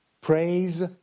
praise